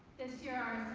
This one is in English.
this year